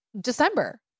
December